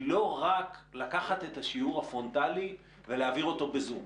לא רק לקחת את השיעור הפרונטלי ולהעביר אותו בזום,